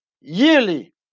yearly